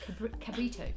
cabrito